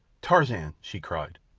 tarzan! she cried.